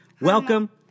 Welcome